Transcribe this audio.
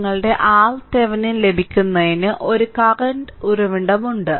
നിങ്ങളുടെ RThevenin ലഭിക്കുന്നതിന് ഒരു കറന്റ് ഉറവിടമുണ്ട്